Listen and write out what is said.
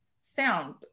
sound